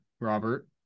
Robert